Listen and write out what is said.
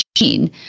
machine